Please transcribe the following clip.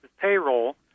payroll